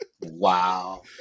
Wow